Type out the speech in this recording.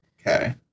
Okay